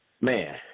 Man